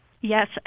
Yes